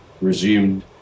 resumed